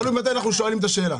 תלוי מתי אנחנו שואלים את השאלה.